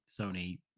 sony